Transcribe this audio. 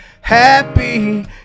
happy